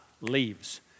leaves